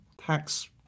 Tax